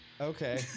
Okay